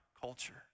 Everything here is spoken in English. culture